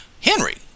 henry